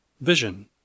Vision